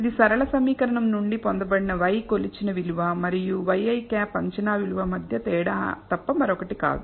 ఇది సరళ సమీకరణం నుండి పొందబడిన yi కొలిచిన విలువ మరియు ŷi అంచనా విలువ మధ్య తేడా తప్ప మరొకటి కాదు